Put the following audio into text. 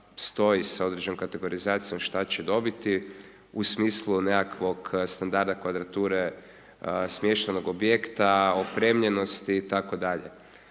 stoji sa određenom kategorizacijom, šta će dobiti u smislu nekakvog standarda kvadrature smještenog objekta, opremljenosti itd.